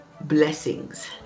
blessings